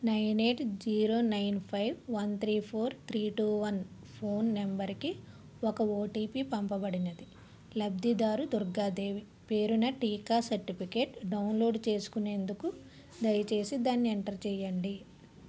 nine eight zero nine five one three four three two one phone నంబరుకి ఒక OTP పంపబడినది లబ్ధిదారు దుర్గాదేవి పేరున టీకా సర్టిఫికేట్ డౌన్లోడ్ చేసుకునేందుకు దయచేసి దాన్ని ఎంటర్ చెయ్యండి